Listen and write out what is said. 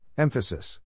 Emphasis